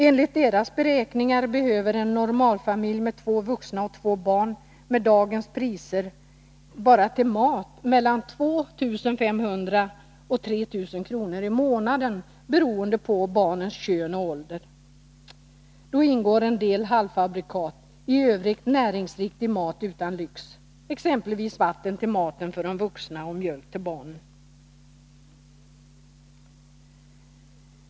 Enligt deras beräkningar behöver en normalfamilj med två vuxna och två barn med dagens priser bara till mat mellan 2 500 och 3 000 kr. i månaden, beroende på barnens kön och ålder. Då ingår en del halvfabrikat, i övrigt näringsriktig mat utan lyx, exempelvis vatten till maten för de vuxna och mjölk till barnen.